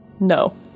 No